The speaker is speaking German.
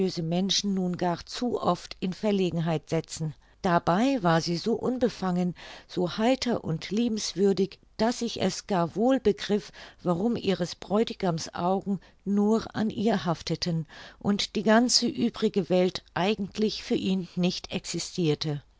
menschen nur gar zu oft in verlegenheit setzen dabei war sie so unbefangen so heiter und liebenswürdig daß ich es gar wohl begriff warum ihres bräutigams augen nur an ihr hafteten und die ganze übrige welt eigentlich für ihn nicht existirte